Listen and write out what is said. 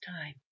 time